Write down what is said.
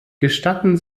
gestatten